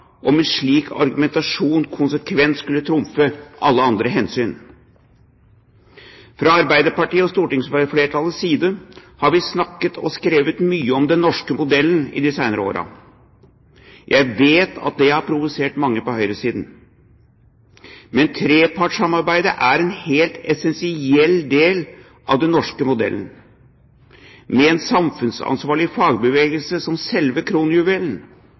om en slik argumentasjon konsekvent skulle trumfe alle andre hensyn? Fra Arbeiderpartiets og stortingsflertallets side har vi snakket og skrevet mye om «den norske modellen» de senere årene. Jeg vet at det har provosert mange på høyresiden. Men trepartssamarbeidet er en helt essensiell del av den norske modellen, med en samfunnsansvarlig fagbevegelse som selve kronjuvelen.